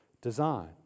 design